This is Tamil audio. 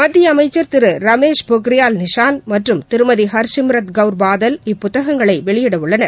மத்தியஅமைச்சர் திருரமேஷ் பொக்ரியால் நிஷாந்த் மற்றும் திருமதிஹர்சிம்ரத் கவுர் பாதல் இப்புத்தகங்களைவெளியிடவுள்ளனர்